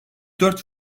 dört